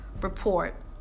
report